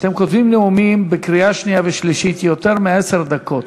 אתם כותבים נאומים לקריאה שנייה ושלישית של יותר מעשר דקות,